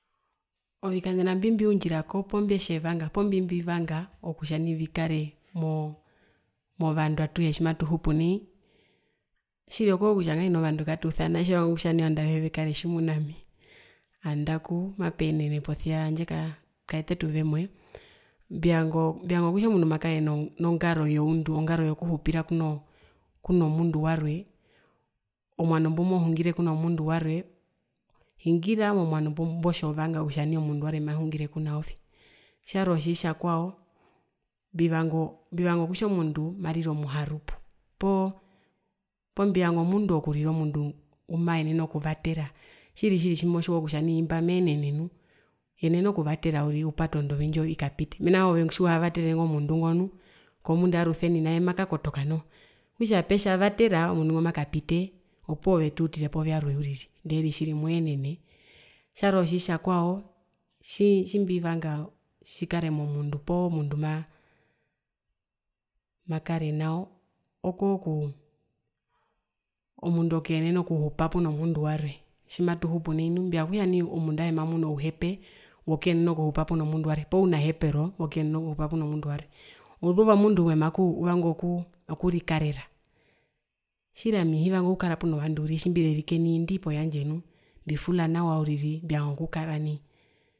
Ovikanena mbimbiundjirako mbimbivanga poo mbyetjevanga vikareko movandu atuhe tjimatuhupu nai tjiri okookutja atuhe katusana etjevanga kutja ovandu avehe ngavekare tjimuna ami nandakuu mapeenene posia kawete tuvemwe mbivanga kutja omundu makae nongaro youndu nongaro yokuhupira kuno kuno mundu warwe omwano mbumohungire kuno mundu warwe hingira momwano mbotjovanga kutja nai omundu warwe mahungire kwenaove. Tjarwe otjitjakwao mbivanga kutja nai omundu marire omuharupu poo mbivanga omundu marire omundu ngumaenene okuvatera tjiri tjiri tjimotjiwa kutja nai imba meenene nu yenena okuvatera uriri upate ondovi ndjo ikapite mena ove tjiuhavaterere ingo mundu nu kombunda yarusenina eye makakotoka noho, okutja petja vatera omundu ngo makapite, tjarwe otjitjakwao tjiitjii tjimbivanga tjikare momundu poo mundu maa makare nao ookuu omundu okuyenena okuhupa puno mundu warwe tjimatuhupu nai mbivanga kutja nai omundu auhe mamune ouhepe wokuyenena okuhupa pweno mundu warwe poo unahepero wokuyenena okuhupapweno mundu warwe, uzuva omundu umwe makuu uvanga okuu okurikarera tjiri hivanga okukara puno vandu uriri tjimbiri erike nai nandii poyandje nuu mbivanga okukara nai.